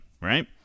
Right